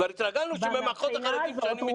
כבר התרגלנו שבמחוז החרדי משנים מציאות.